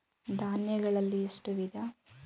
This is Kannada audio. ಧಾನ್ಯಗಳಲ್ಲಿ ಎಷ್ಟು ವಿಧ?